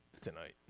tonight